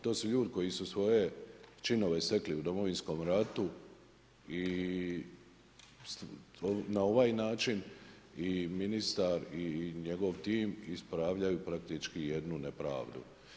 To su ljudi koji su svoje činove stekli u Domovinskom ratu i na ovaj način i ministar i njegov tim ispravljaju praktički jednu nepravdu.